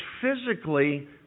physically